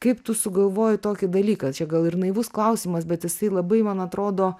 kaip tu sugalvojai tokį dalyką čia gal ir naivus klausimas bet jisai labai man atrodo